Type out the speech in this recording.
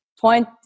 point